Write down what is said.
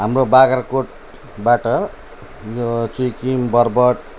हाम्रो बाख्राकोटबाट यो चुइखिम बरबोट